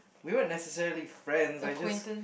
we were necessarily friends I just